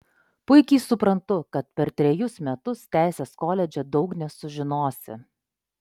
puikiai suprantu kad per trejus metus teisės koledže daug nesužinosi